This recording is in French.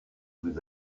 vous